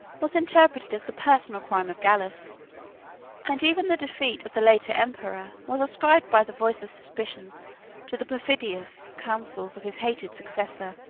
was interpreted as the personal crime of gallus and even the defeat of the later emperor was ascribed by the voice of suspicion to the perfidious counsels of his hated successor.